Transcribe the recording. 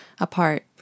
Apart